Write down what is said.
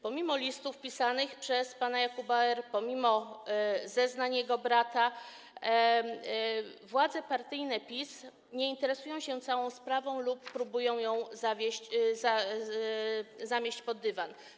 Pomimo listów pisanych przez pana Jakuba R., pomimo zeznań jego brata, władze partyjne PiS nie interesują się całą sprawą lub próbują ją zamieść pod dywan.